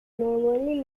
normally